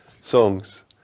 songs